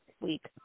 week